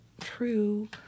true